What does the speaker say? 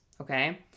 Okay